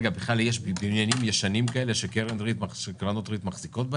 יש בכלל בניינים ישנים שקרנות ריט מחזיקות בהם?